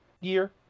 year